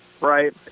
Right